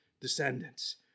descendants